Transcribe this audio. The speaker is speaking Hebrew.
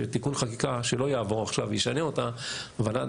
תיקון חקיקה שלא יעבור עכשיו וישנה אותה אבל עד